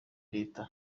leta